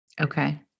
Okay